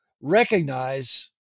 recognize